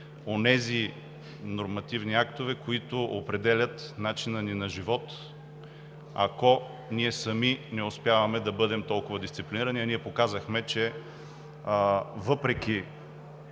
онези нормативни актове, които определят начина ни на живот, ако сами не успяваме да бъдем толкова дисциплинирани. Въпреки че имахме, смея